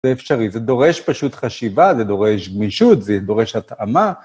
זה אפשרי, זה דורש פשוט חשיבה, זה דורש גמישות, זה דורש הטעמה.